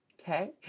Okay